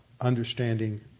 understanding